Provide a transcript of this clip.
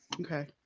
Okay